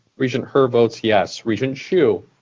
regent her votes yes. regent hsu?